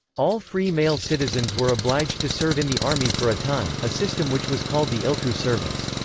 all free male citizens were obliged to serve in the army for a time, a system which was called the ilku-service.